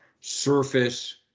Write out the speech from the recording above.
surface